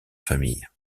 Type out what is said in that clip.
famille